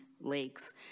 lakes